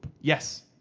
yes